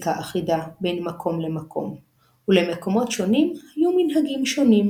לעיתים המנהג המקומי היה תוספת חומרה על ההלכה המקובלת,